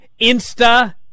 Insta